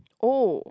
oh